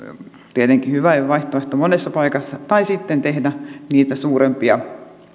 tietenkin hyvä vaihtoehto monessa paikassa tai sitten tehdä niitä suurempia